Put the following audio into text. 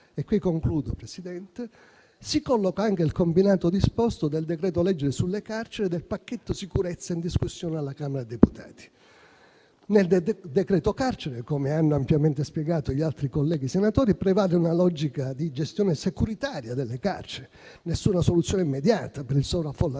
- e concludo, Presidente - si colloca anche il combinato disposto del decreto-legge sulle carceri e del pacchetto sicurezza in discussione alla Camera dei deputati. Nel decreto carcere, come hanno ampiamente spiegato gli altri colleghi senatori, prevale una logica di gestione securitaria delle carceri: nessuna soluzione immediata per il sovraffollamento